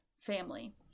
family